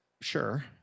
sure